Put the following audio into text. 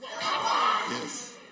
Yes